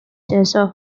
feature